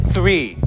Three